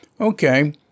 Okay